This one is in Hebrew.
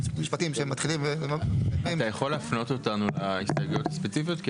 משפטים שמתחילים ו --- אתה יכול להפנות אותנו להסתייגויות הספציפיות?